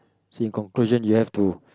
so in conclusion you have to